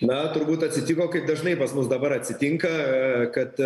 na turbūt atsitiko kaip dažnai pas mus dabar atsitinka kad